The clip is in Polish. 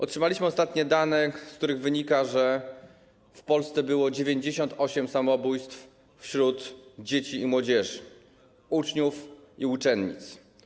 Otrzymaliśmy ostatnie dane, z których wynika, że w Polsce było 98 samobójstw wśród dzieci i młodzieży, uczniów i uczennic.